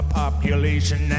population